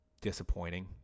disappointing